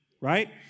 Right